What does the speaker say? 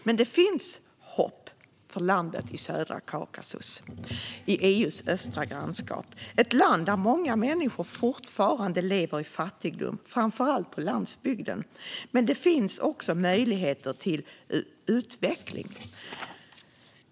Men det finns hopp för detta land i södra Kaukasus, i EU:s östra grannskap. Det är ett land där många människor fortfarande lever i fattigdom, framför allt på landsbygden, men det finns möjligheter till utveckling.